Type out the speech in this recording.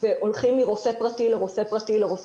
והולכים מרופא פרטי לרופא פרטי לרופא